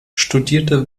studierte